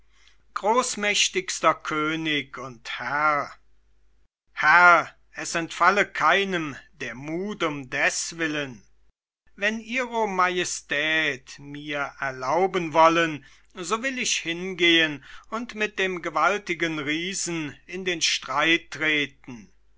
großmächtigster könig und herr herr es entfalle keinem der mut um deswillen wenn ihro majestät mir erlauben wollen so will ich hingehen und mit dem gewaltigen riesen in den streit treten